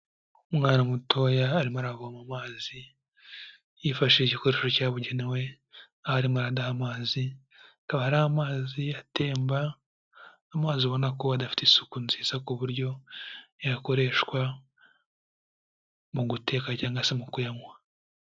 Umwana mutoya arimo aravoma amazi yifashishije igikoresho cyabugenewe, aho arimo aradaha amazi, akaba ari amazi atemba, amazi ubona ko adafite isuku nziza ku buryo yakoreshwa mu guteka cyangwa se mu kuyanywa.